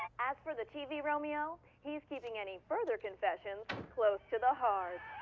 as for the tv romeo, he's keeping any further confessions close to the heart.